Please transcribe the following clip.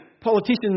Politicians